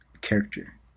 character